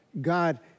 God